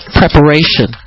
preparation